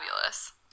fabulous